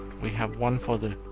we have one for the